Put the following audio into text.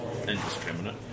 indiscriminate